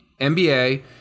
NBA